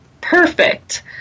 Perfect